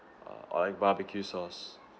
uh or like barbecue sauce